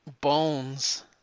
Bones